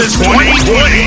2020